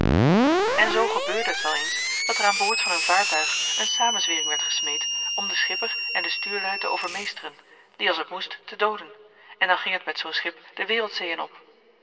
en zoo gebeurde het wel eens dat er aan boord van een vaartuig een samenzwering werd gesmeed om den schipper en de stuurlui te overmeesteren die als het moest te dooden en dan ging het met zoo'n schip de wereldzeeën op